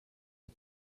die